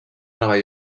nova